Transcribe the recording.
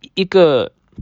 一个